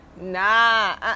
nah